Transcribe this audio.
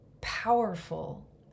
powerful